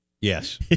Yes